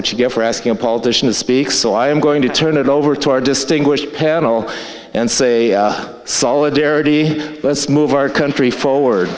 what you get for asking a politician to speak so i'm going to turn it over to our distinguished panel and say solidarity let's move our country forward